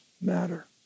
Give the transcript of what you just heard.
matter